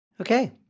Okay